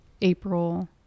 April